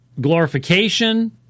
glorification